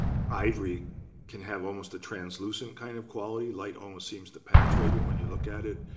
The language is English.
ivory can have almost a translucent kind of quality. light almost seems to penetrate it when you look at it,